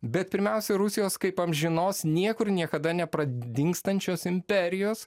bet pirmiausia rusijos kaip amžinos niekur niekada nepradingstančias imperijos